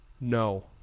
no